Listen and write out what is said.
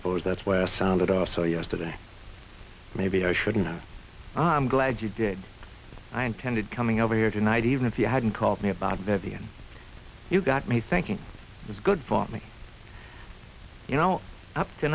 suppose that's where sounded off so yesterday maybe i should know i'm glad you did i intended coming over here tonight even if you hadn't called me about vivian you got me thinking it's good for me you know up to